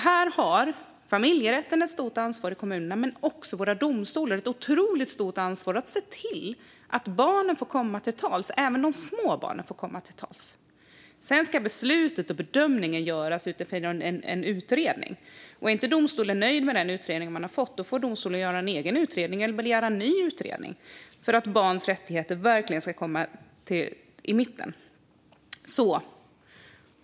Här har familjerätten i kommunerna ett stort ansvar, men också våra domstolar har ett otroligt stort ansvar att se till att barnen, även små barn, får komma till tals. Sedan ska bedömningar göras och beslut fattas utifrån en utredning. Är inte domstolen nöjd med den utredning den fått får domstolen göra en egen eller begära en ny utredning för att barns rättigheter verkligen ska komma i centrum.